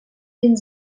він